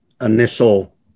initial